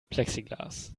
plexiglas